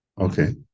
Okay